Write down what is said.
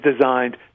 designed